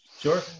sure